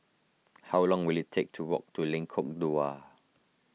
how long will it take to walk to Lengkok Dua